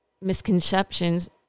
misconceptions